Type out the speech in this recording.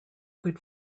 good